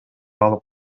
алып